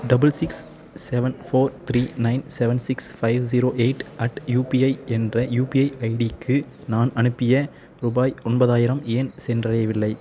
double six seven four three nine seven six five zero eight at UPI என்ற UPI ஐடிக்கு நான் அனுப்பிய ரூபாய் ஒன்பதாயிரம் ஏன் சென்றடையவில்லை